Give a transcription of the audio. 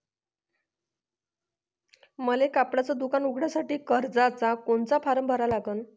मले कपड्याच दुकान उघडासाठी कर्जाचा कोनचा फारम भरा लागन?